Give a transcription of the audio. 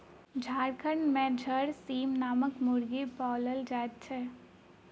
झारखंड मे झरसीम नामक मुर्गी पाओल जाइत छै